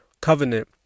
covenant